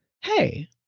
hey